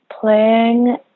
playing